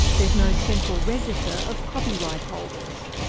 there's no central register of copyright holders.